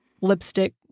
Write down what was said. lipstick